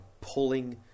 pulling